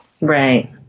Right